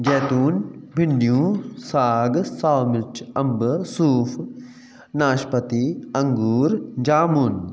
जैतून भिंडियूं साग साओ मिर्च अंब सूफ़ु नाशपती अंगूर जामुन